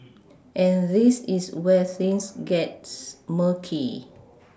and this is where things gets murky